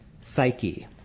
psyche